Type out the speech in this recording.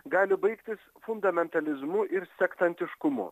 gali baigtis fundamentalizmu ir sektantiškumu